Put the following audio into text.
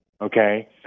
okay